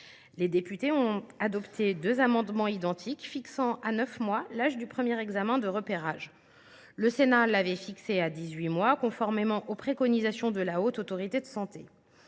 Les députés ont adopté deux amendements identiques visant à fixer à 9 mois l’âge du premier examen de repérage. Le Sénat l’avait établi à 18 mois conformément aux préconisations de la Haute Autorité de santé.